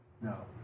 No